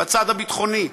בצד הביטחוני,